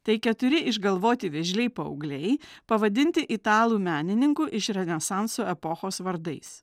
tai keturi išgalvoti vėžliai paaugliai pavadinti italų menininkų iš renesanso epochos vardais